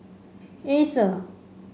Acer